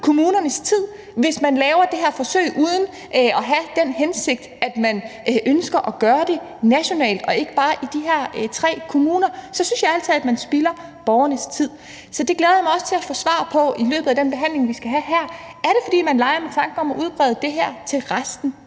kommunernes tid. Hvis man laver det her forsøg uden at have den hensigt, at man ønsker at gøre det nationalt og ikke bare i de her tre kommuner, synes jeg ærlig talt, man spilder borgernes tid. Så det glæder jeg mig også til at få svar på i løbet af den behandling, vi skal have her: Er det, fordi man leger med tanken om at udbrede det her til resten